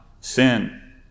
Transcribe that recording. sin